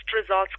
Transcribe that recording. results